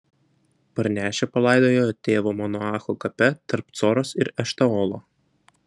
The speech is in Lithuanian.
parnešę palaidojo jo tėvo manoacho kape tarp coros ir eštaolo